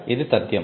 ఇది తధ్యం